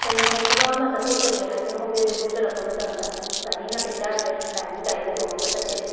ꯀꯔꯤꯒꯨꯝꯕ ꯊꯕꯛ ꯑꯃ ꯆꯠꯊꯣꯛꯆꯒꯦ ꯍꯥꯏꯗꯨꯅ ꯍꯣꯕꯦ ꯍꯣꯕꯦ ꯊꯣꯛꯆꯔꯛꯄ ꯃꯇꯝꯗ ꯒꯥꯔꯤ ꯅꯥꯇꯩ ꯆꯥꯗ꯭ꯔꯦ ꯂꯥꯏꯟꯒꯤ ꯒꯥꯔꯤꯗ ꯇꯣꯡꯉꯒ ꯆꯠꯀꯅꯤ